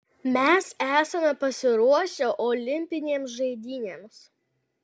mes esame pasiruošę olimpinėms žaidynėms